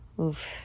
Oof